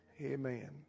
Amen